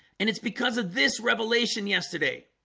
and it's because of this revelation yesterday